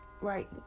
right